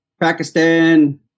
Pakistan